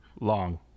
Long